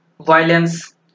violence